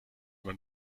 man